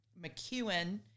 McEwen